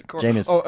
James